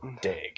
dig